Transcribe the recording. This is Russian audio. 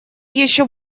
еще